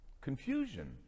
confusion